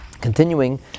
Continuing